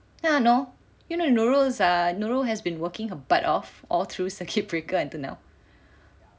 ya no know you know Nurul is err Nurul has been working her butt off all through circuit breaker until now